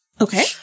Okay